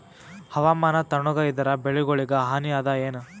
ಹವಾಮಾನ ತಣುಗ ಇದರ ಬೆಳೆಗೊಳಿಗ ಹಾನಿ ಅದಾಯೇನ?